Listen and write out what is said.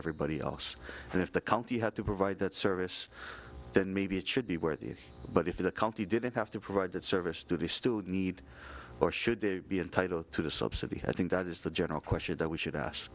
everybody else and if the county had to provide that service then maybe it should be worth it but if the county didn't have to provide that service to the student need or should they be entitled to the subsidy have think that is the general question that we should ask